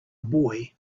boy